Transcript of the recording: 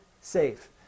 safe